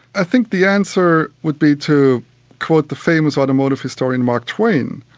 i think the answer would be to quote the famous automotive historian mark twain,